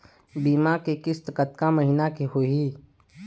बीमा के किस्त कतका महीना के होही?